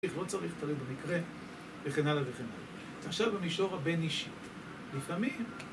לא צריך תראי במקרה, וכן הלאה וכן הלאה. עכשיו במישור הבין-אישי. לפעמים...